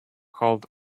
called